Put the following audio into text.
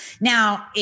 Now